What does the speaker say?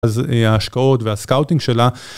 אז ההשקעות והסקאוטינג שלה.